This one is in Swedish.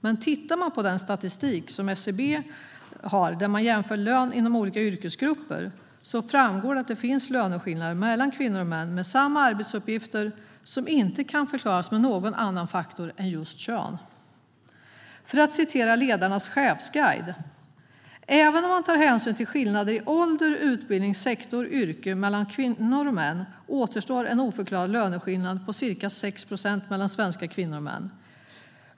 Men om man tittar på SCB:s statistik, där man jämför lön inom olika yrkesgrupper, framgår det att finns löneskillnader mellan kvinnor och män med samma arbetsuppgifter som inte kan förklaras med någon annan faktor än kön. För att citera Ledarnas chefsguide: "Även om man tar hänsyn till skillnader i ålder, utbildning, sektor och yrke mellan kvinnor och män återstår en oförklarad löneskillnad på cirka sex procent mellan svenska kvinnor och män.